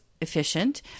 efficient